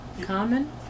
Common